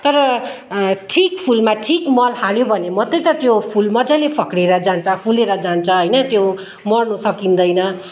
तर ठिक फुलमा ठिक मल हाल्यो भने मात्रै त त्यो फुल मज्जाले फक्रेर जान्छ फुलेर जान्छ होइन त्यो मर्नु सकिँदैन